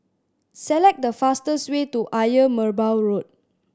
select the fastest way to Ayer Merbau Road